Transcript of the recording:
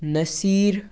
Naseer